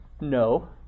No